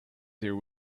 there